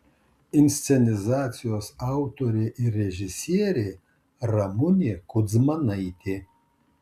inscenizacijos autorė ir režisierė ramunė kudzmanaitė